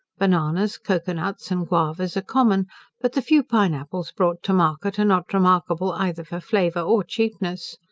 bananas, cocoa nuts, and guavas, are common but the few pineapples brought to market are not remarkable either for flavour, or cheapness.